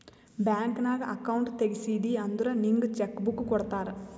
bank ನಾಗ್ account ತೆಗ್ಸಿದಿ ಅಂದುರ್ ನಿಂಗ್ ಚೆಕ್ ಬುಕ್ ಕೊಡ್ತಾರ್